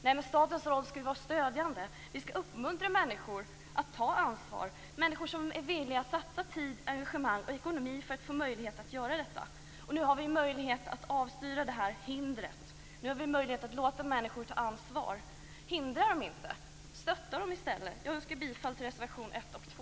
Nej, statens roll skall ju vara stödjande. Vi skall uppmuntra människor att ta ansvar, människor som är villiga att satsa tid, engagemang och ekonomi för att få möjlighet att göra detta. Nu har vi en möjlighet att avstyra det här hindret. Nu har vi en möjlighet att låta människor ta ansvar. Hindra dem inte! Stöd dem i stället! Jag yrkar bifall till reservationerna 1 och 2.